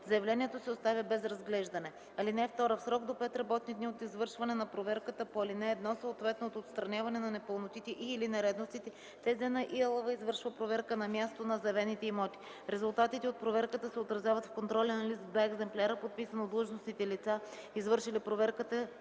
заявлението се оставя без разглеждане. (2) В срок до 5 работни дни от извършване на проверката по ал. 1, съответно от отстраняване на непълнотите и/или нередностите, ТЗ на ИАЛВ извършва проверка на място на заявените имоти. Резултатите от проверката се отразяват в контролен лист в два екземпляра, подписан от длъжностните лица, извършили проверката